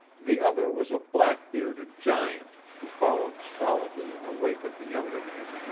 the other was a black-bearded giant, who followed stolidly in the wake of the younger man.